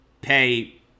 pay